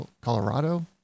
Colorado